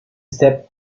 step